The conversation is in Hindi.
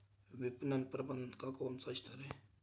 विपणन प्रबंधन का कौन सा स्तर है?